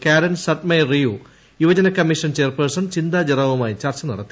കാരൻ സഡ്മെയർറീയു യുവജന commission chairperson Chintha ജെറോമുമായി ചർച്ചനടത്തി